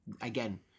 Again